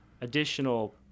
additional